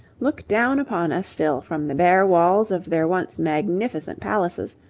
look down upon us still from the bare walls of their once magnificent palaces,